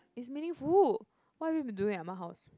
is meaningful what have you been doing at Ah-Ma house